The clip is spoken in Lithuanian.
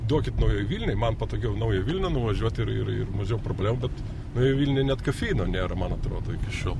duokit naujoj vilnioj man patogiau į naują vilnią nuvažiuot ir ir ir mažiau problemų bet naujoj vilnioj net kafeino nėra man atrodo iki šiol